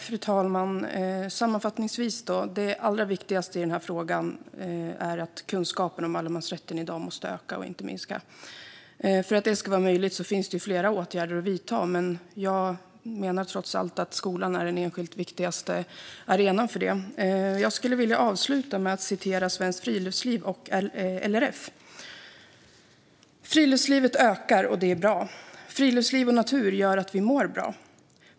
Fru talman! Sammanfattningsvis: Det allra viktigaste i den här frågan är att kunskapen om allemansrätten i dag måste öka och inte minska. För att det ska vara möjligt finns det flera åtgärder att vidta, men jag menar trots allt att skolan är den enskilt viktigaste arenan för det. Jag skulle vilja avsluta med att citera Svenskt Friluftsliv och LRF: "Friluftslivet ökar - och det är bra. Friluftsliv och natur gör att vi mår bra.